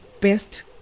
best